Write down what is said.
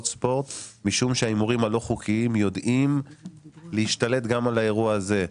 ספורט משום שההימורים הלא חוקיים יודעים להשתלט גם על האירוע הזה.